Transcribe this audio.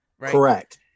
Correct